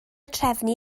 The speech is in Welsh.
trefnu